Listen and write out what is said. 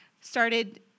started